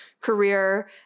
career